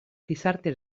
gizarte